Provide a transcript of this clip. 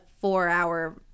four-hour